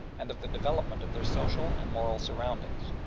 and of the development of their social and moral surroundings.